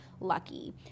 lucky